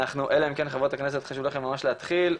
אלא אם כן חברות הכנסת חשוב לכן ממש להתחיל,